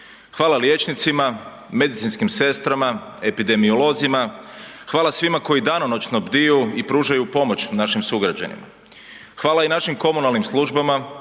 Hvala liječnicima, medicinskim sestrama, epidemiolozima, hvala svima koji danonoćno bdiju i pružaju pomoć našim sugrađanima. Hvala i našim komunalnim službama,